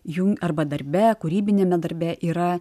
jų arba darbe kūrybiniame darbe yra